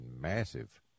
massive